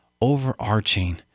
overarching